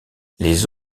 les